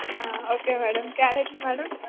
okay madam క్యారెట్లు madam